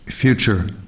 future